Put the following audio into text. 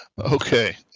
Okay